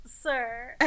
sir